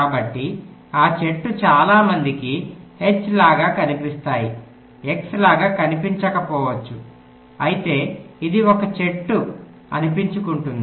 కాబట్టి ఆ చెట్టు చాలా మందికి H లాగా కనిపిస్తాయి X లాగా కనిపించకపోవచ్చు అయితే ఇది ఒక చెట్టు అనిపించుకుంటుంది